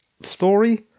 story